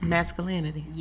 Masculinity